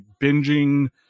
binging